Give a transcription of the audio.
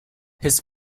his